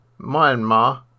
Myanmar